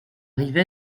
rive